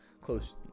close